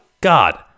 god